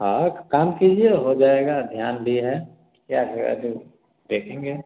हाँ काम कीजिए हो जाएगा ध्यान भी है क्या कहें देखेंगे